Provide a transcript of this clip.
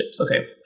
Okay